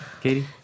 katie